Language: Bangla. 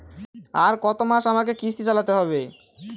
আর কতমাস আমাকে কিস্তি চালাতে হবে?